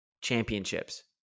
championships